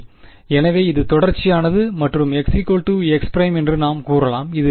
சரி எனவே இது தொடர்ச்சியானது மற்றும்x x′ என்று நாம் கூறலாம்